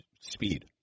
speed